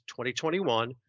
2021